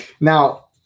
Now